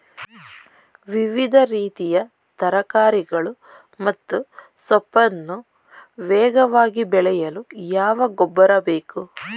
ವಿವಿಧ ರೀತಿಯ ತರಕಾರಿಗಳು ಮತ್ತು ಸೊಪ್ಪನ್ನು ವೇಗವಾಗಿ ಬೆಳೆಯಲು ಯಾವ ಗೊಬ್ಬರ ಬೇಕು?